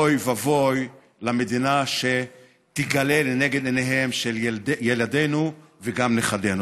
אוי ואבוי למדינה שתיגלה לנגד עיניהם של ילדינו וגם נכדינו.